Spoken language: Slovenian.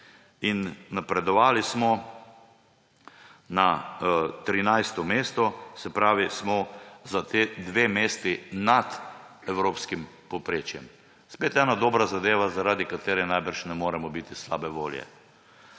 Napredovali smo na trinajsto mesto, se pravi, smo za ti dve mesti nad evropskim povprečjem. To je spet ena dobra zadeve, zaradi katere verjetno ne moremo biti slabe volje.